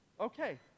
Okay